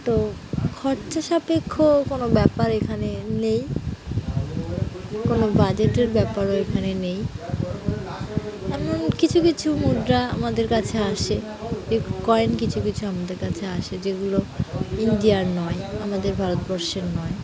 তো খরচা সাপেক্ষ কোনো ব্যাপার এখানে নেই কোনো বাজেটের ব্যাপারও এখানে নেই এমন কিছু কিছু মুদ্রা আমাদের কাছে আসে কয়েন কিছু কিছু আমাদের কাছে আসে যেগুলো ইন্ডিয়ার নয় আমাদের ভারতবর্ষের নয়